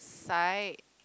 side